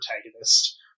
protagonist